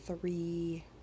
three